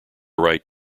right